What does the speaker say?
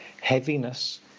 heaviness